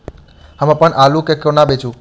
हम अप्पन आलु केँ कोना बेचू?